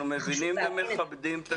אנחנו מבינים ומכבדים את השאיפה.